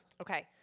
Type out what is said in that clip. Okay